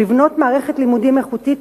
לבנות מערכת לימודים איכותית,